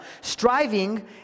striving